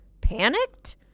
Panicked